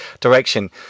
direction